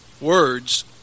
Words